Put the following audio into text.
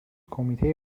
کمیته